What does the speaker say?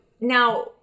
now